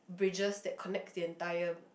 bridges that connect the entire